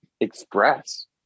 express